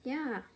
ya